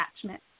attachment